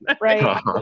Right